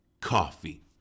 coffee